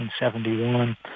1971